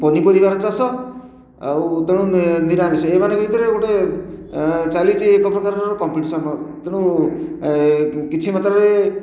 ପନିପରିବାର ଚାଷ ଆଉ ତେଣୁ ନିନିରାମିଷ ଏହି ମାନଙ୍କ ଭିତରେ ଗୋଟିଏ ଚାଲିଛି ଏକ ପ୍ରକାରର କମ୍ପିଟିସନ ତେଣୁ କିଛି ମାତ୍ରାରେ